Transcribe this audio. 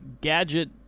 Gadget